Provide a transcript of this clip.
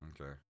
Okay